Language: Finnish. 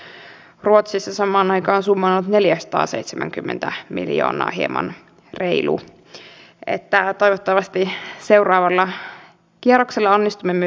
vihreät ja vasemmistoliitto tekivät tämän välikysymyksen koska he halusivat kivittää ministeri stubbia hänen tahattomasta lausunnostaan